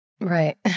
Right